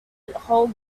whole